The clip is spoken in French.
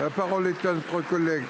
La parole est à notre collègue.